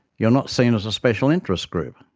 you're not seen as a special interest group,